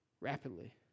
rapidly